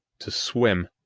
to swim,